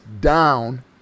down